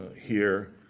here.